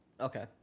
Okay